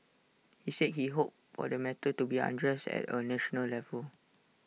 he said he hoped for the matter to be addressed at A national level